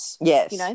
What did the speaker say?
Yes